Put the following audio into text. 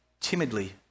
timidly